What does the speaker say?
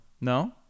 No